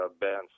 bands